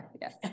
Yes